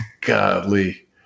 godly